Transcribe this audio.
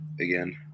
again